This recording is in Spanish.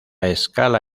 escala